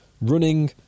Running